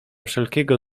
wszelkiego